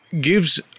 gives